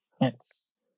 Yes